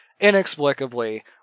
inexplicably